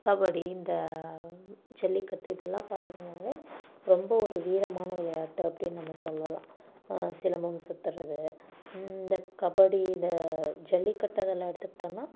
கபடி இந்த ஜல்லிக்கட்டு இதெல்லாம் பார்த்துக்கிட்டிங்கனாலே ரொம்ப ஒரு வீரமான விளையாட்டு அப்படினு நம்ம சொல்லலாம் சிலம்பம் சுற்றுறது இந்த கபடியில் ஜல்லிக்கட்டு அதெல்லாம் எடுத்துக்கிட்டோம்னா